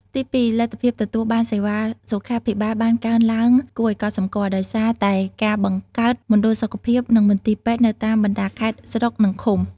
ទីពីរលទ្ធភាពទទួលបានសេវាសុខាភិបាលបានកើនឡើងគួរឱ្យកត់សម្គាល់ ដោយសារតែការបង្កើតមណ្ឌលសុខភាព និងមន្ទីរពេទ្យនៅតាមបណ្តាខេត្ត ស្រុក និងឃុំ។